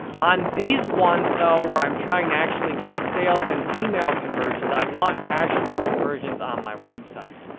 on these ones, though, where i'm trying to actually get sales and email conversions, i want actual conversions on my website,